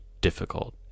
difficult